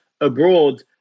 abroad